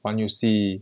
玩游戏